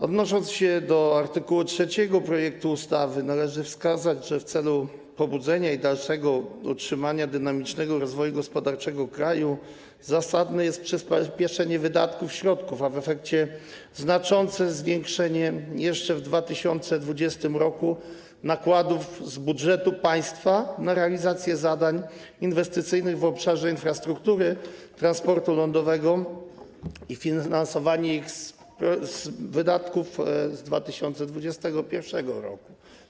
Odnosząc się do art. 3 projektu ustawy, należy wskazać, że w celu pobudzenia i dalszego utrzymania dynamicznego rozwoju gospodarczego kraju zasadne jest przyspieszenie wydawania środków, a w efekcie znaczące zwiększenie jeszcze w 2020 r. nakładów z budżetu państwa na realizację zadań inwestycyjnych w obszarze infrastruktury transportu lądowego i finansowanie ich z wydatków przeznaczonych na 2021 r.